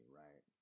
right